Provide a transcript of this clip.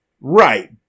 Right